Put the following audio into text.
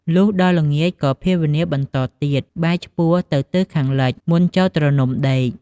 លុះដល់ល្ងាចក៏ភាវនាបន្ដទៀត បែរឆ្ពោះទៅទិសខាងលិចមុនចូលទ្រនំដេក។